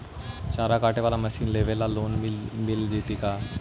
चारा काटे बाला मशीन लेबे ल लोन मिल जितै का?